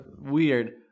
weird